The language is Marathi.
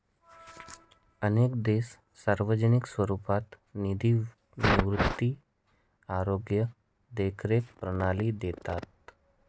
अनेक देश सार्वजनिक स्वरूपात निधी निवृत्ती, आरोग्य देखरेख प्रणाली देतात